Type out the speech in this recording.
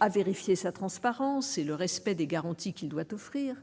à vérifier sa transparence et le respect des garanties qu'il doit offrir